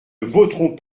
voterons